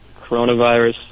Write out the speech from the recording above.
coronavirus